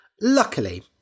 Luckily